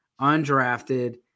undrafted